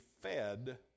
fed